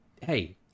hey